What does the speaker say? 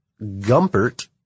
Gumpert